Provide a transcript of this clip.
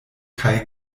kaj